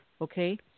Okay